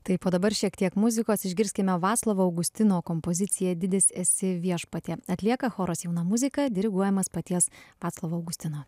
taip o dabar šiek tiek muzikos išgirskime vaclovo augustino kompoziciją didis esi viešpatie atlieka choras jauna muzika diriguojamas paties vaclovo augustino